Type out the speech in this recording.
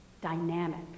dynamic